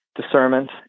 discernment